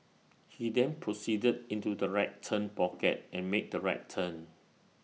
he then proceeded into the right turn pocket and made the right turn